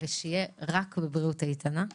שיהיה רק בבריאות איתנה.